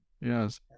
yes